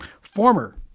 former